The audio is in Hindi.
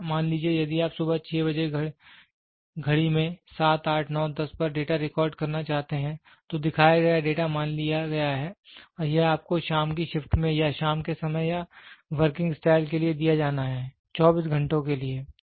इसलिए मान लीजिए यदि आप सुबह 6 बजे घड़ी में 7 8 9 10 पर डेटा रिकॉर्ड करना चाहते हैं तो दिखाया गया डेटा मान लिया गया है और यह आपको शाम की शिफ्ट में या शाम के समय या वर्किंग स्टाइल के लिए दिया जाना है 24 घंटो के लिए